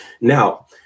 Now